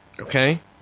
Okay